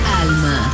Alma